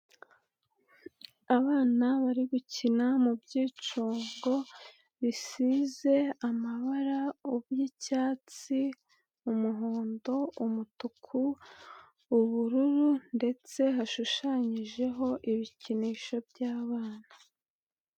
Abana bari gukina mu byicungo bisize amabara y'icyatsi, umuhondo, umutuku, ubururu ndetse hashushanyijeho ibikinisho by'abana.